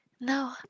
no